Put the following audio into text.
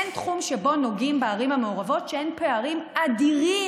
אין תחום שבו נוגעים בערים המעורבות ואין פערים אדירים